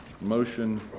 motion